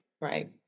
Right